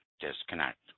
disconnect